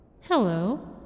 Hello